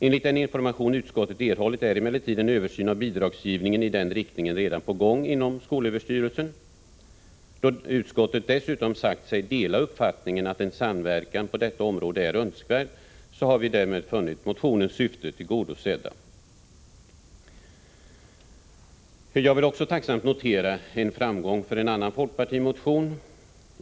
Enligt den information som utskottet har erhållit är emellertid en översyn av bidragsgivningen i den riktningen redan på gång inom skolöverstyrelsen. Då utskottet dessutom har sagt sig dela uppfattningen att en samverkan på detta område är önskvärd, har vi därmed funnit motionens syften tillgodosedda. Jag vill också tacksamt notera framgången för en annan folkpartimotion.